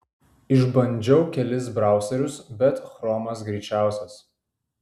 išbandžiau kelis brauserius bet chromas greičiausias